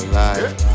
life